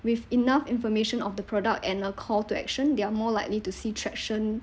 with enough information of the product and a call to action they are more likely to see traction